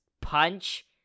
punch